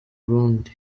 burundi